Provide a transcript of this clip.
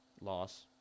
Loss